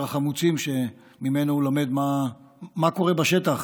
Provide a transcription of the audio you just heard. החמוצים שממנו הוא למד מה קורה בשטח.